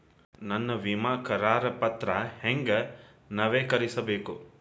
ನನ್ನ ವಿಮಾ ಕರಾರ ಪತ್ರಾ ಹೆಂಗ್ ನವೇಕರಿಸಬೇಕು?